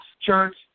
church